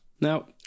Now